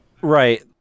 Right